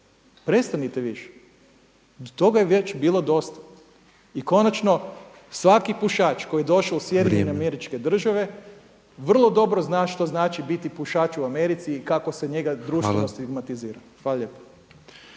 prestanite više, toga je već bilo dosta. I konačno svaki pušač koji je došao u SAD vrlo dobro zna što znači biti pušač u Americi i kako se njega društveno stigmatizira. Hvala